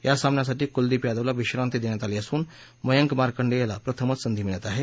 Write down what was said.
या सामन्यासाठी कुलदीप यादवला विश्रांती देण्यात आली असून मयक मार्कडेला प्रथमच संधी मिळत आहे